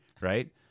Right